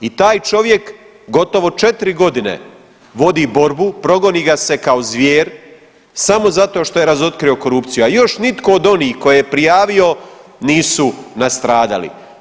I taj čovjek gotovo 4 godine vodi borbu, progoni ga se kao zvijer samo zato što je razotkrio korupciju, a još nitko od onih tko je prijavio nisu nastradali.